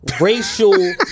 racial